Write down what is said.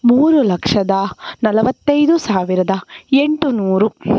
ಮೂರು ಲಕ್ಷದ ನಲವತ್ತೈದು ಸಾವಿರದ ಎಂಟುನೂರು